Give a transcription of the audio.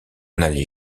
n’allait